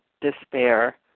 despair